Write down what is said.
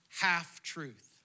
half-truth